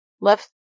left